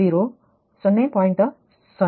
04 ಕೊಟ್ಟಿದ್ದಾರೆ